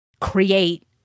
Create